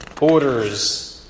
orders